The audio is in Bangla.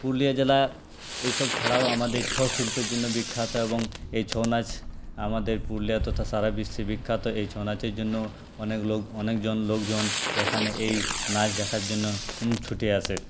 পুরুলিয়া জেলা এইসব ছাড়াও আমাদের ছৌ শিল্পের জন্য বিখ্যাত এবং এই ছৌ নাচ আমাদের পুরুলিয়া তথা সারা বিশ্বে বিখ্যাত এই ছৌ নাচের জন্য অনেক লোক অনেকজন লোকজন এখানে এই নাচ দেখার জন্য ছুটে আসে